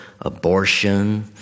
abortion